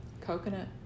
Coconut